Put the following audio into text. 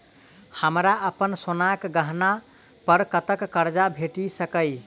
हमरा अप्पन सोनाक गहना पड़ कतऽ करजा भेटि सकैये?